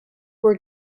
where